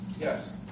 Yes